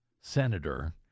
senator